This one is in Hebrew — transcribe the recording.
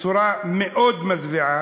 בצורה מאוד מזוויעה,